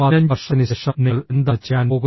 15 വർഷത്തിനുശേഷം നിങ്ങൾ എന്താണ് ചെയ്യാൻ പോകുന്നത്